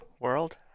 world